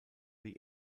die